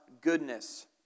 goodness